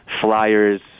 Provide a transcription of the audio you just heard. flyers